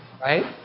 right